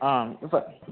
ആ